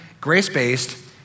grace-based